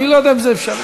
אני לא יודע אם זה אפשרי.